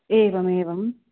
एवमेवम्